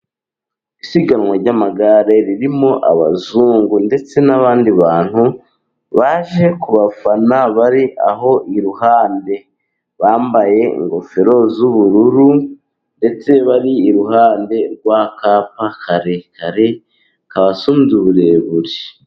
Isiganwa ry'amagare ririmo abazungu, ndetse n'abandi bantu baje kubafana bari aho iruhande ,bambaye ingofero z'ubururu, ndetse bari iruhande rw'akapa karekare kabasumbya uburebure.